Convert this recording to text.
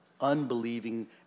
unbelieving